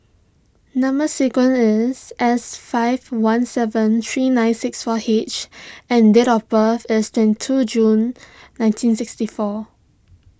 Number Sequence is S five one seven three nine six four H and date of birth is twenty two June nineteen sixty four